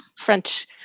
French